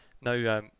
No